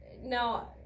now